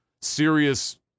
serious